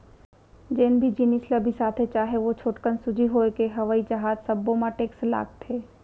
जेन भी जिनिस ल बिसाथे चाहे ओ छोटकन सूजी होए के हवई जहाज सब्बो म टेक्स लागथे